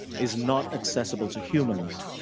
is not accessible to humans,